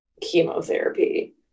chemotherapy